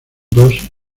dos